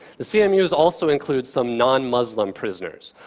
the cmus also include some non-muslim prisoners.